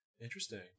Interesting